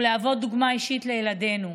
ולהוות דוגמה אישית לילדינו.